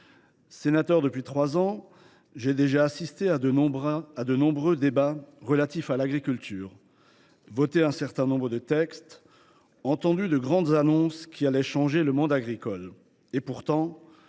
Sénateur depuis trois ans, j’ai déjà assisté à de nombreux débats relatifs à l’agriculture, voté un certain nombre de textes, entendu de grandes annonces dont la concrétisation allait changer le monde agricole ; et pourtant,